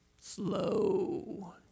slow